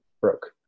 broke